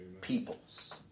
peoples